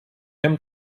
hem